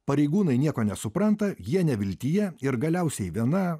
pareigūnai nieko nesupranta jie neviltyje ir galiausiai viena